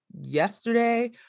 yesterday